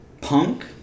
punk